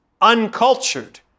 uncultured